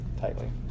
tightly